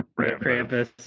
Krampus